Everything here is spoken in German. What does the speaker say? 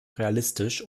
realistisch